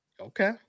Okay